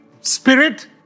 spirit